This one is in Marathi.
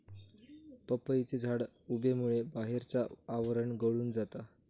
पपईचे झाड उबेमुळे बाहेरचा आवरण गळून जाता